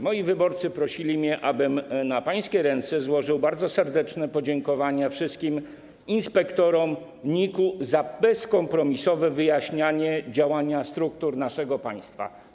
Moi wyborcy prosili mnie, abym na pańskie ręce złożył bardzo serdeczne podziękowania dla wszystkich inspektorów NIK za bezkompromisowe wyjaśnianie działania struktur naszego państwa.